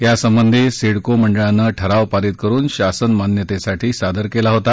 यासंबंधी सिडको मंडळानं ठराव पारित करून शासन मान्यतेसाठी सादर केला होता